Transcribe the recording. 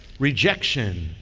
rejection.